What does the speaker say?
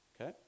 Okay